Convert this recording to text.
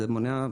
זה מונע,